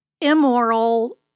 immoral